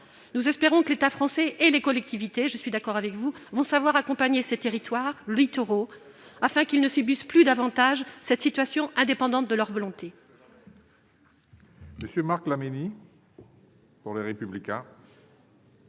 Nous espérons que l'État français et les collectivités- je suis d'accord avec vous sur ce point -sauront accompagner ces territoires littoraux afin qu'ils ne subissent pas davantage une situation indépendante de leur volonté.